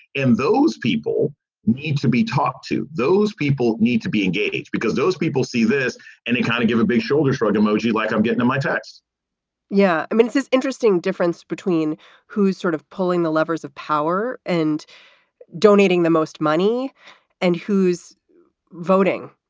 and those people need to be talked to. those people need to be engaged because those people see this and they kind of give a big shoulder shrug emoji, like i'm getting to my text yeah. i mean, it's this interesting difference between who's sort of pulling the levers of power and donating the most money and who's voting